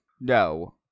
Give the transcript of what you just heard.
No